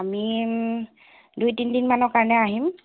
আমি দুই তিনিদিনমানৰ কাৰণে আহিম